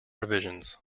revisions